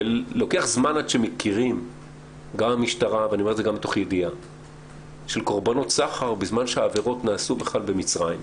לוקח זמן עד שמכירים בנשים כנפגעות סחר בזמן שהעבירות נעשו בכלל במצרים.